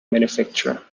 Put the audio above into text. manufacturer